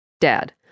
Dad